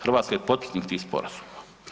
Hrvatska je potpisnik tih sporazuma.